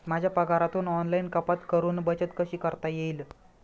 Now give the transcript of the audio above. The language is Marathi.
माझ्या पगारातून ऑनलाइन कपात करुन बचत कशी करता येईल?